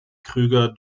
krüger